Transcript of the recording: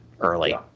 early